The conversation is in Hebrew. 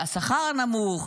זה השכר הנמוך,